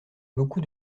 beaucoup